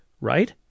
right